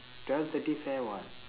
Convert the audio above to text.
twelve thirty fair [what]